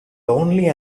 lonely